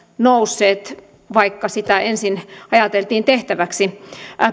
nousseet vaikka sitä ensin ajateltiin tehtäväksi